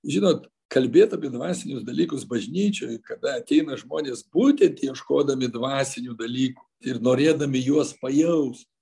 žinot kalbėt apie dvasinius dalykus bažnyčioj kada ateina žmonės būtent ieškodami dvasinių dalykų ir norėdami juos pajaust